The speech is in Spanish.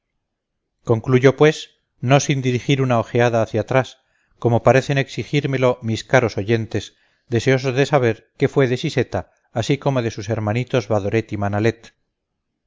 concluyo pues no sin dirigir una ojeada hacia atrás como parecen exigírmelo mis caros oyentes deseosos de saber qué fue de siseta así como de sus hermanitos badoret y